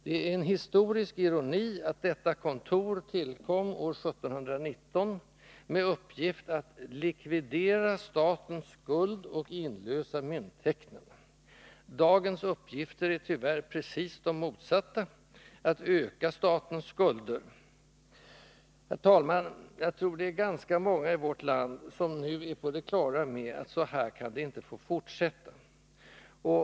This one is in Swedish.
Det är en historisk ironi att detta kontor tillkom år 1719 med uppgift att ”likvidera statens skuld och inlösa mynttecknen”. Dagens uppgifter är tyvärr precis de motsatta: att öka statens skulder. Herr talman! Jag tror det är ganska många ii vårt land som nu är på det klara med att så här kan det inte få fortsätta.